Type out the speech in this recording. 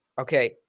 Okay